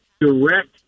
direct